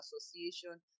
association